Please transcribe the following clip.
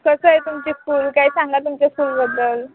कसं आहे तुमची स्कूल काही सांगा तुमच्या स्कूलबद्दल